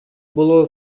було